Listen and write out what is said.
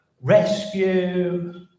rescue